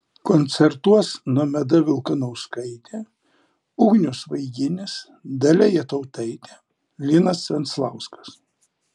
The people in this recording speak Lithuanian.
koncertuos nomeda vilkanauskaitė ugnius vaiginis dalia jatautaitė linas venclauskas